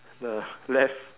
the left